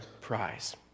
prize